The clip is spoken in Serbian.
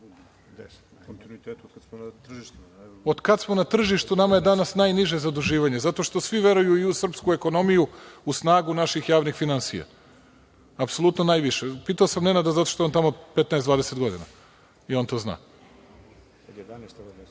znam koliko godina, Nenade? Otkad smo na tržištu, nama je danas najniže zaduživanje, zato što svi veruju i u srpsku ekonomiju, u snagu naših javnih finansija, apsolutno najviše. Pitao sam Nenada, zato što je on tamo 15, 20 godina i on to zna,